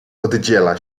oddziela